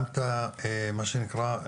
גם את מה שנקרא,